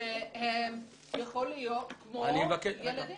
כשהוא בסך הכול בן שמונה וחצי.